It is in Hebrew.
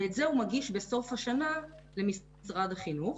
ואת זה הוא מגיש בסוף השנה למשרד החינוך,